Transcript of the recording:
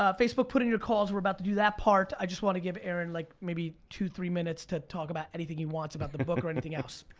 ah facebook put in your calls, we're about to do that part, i just want to give aaron like two, three minutes to talk about anything he wants about the book or anything else.